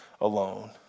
alone